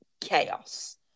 chaos